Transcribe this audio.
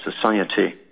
society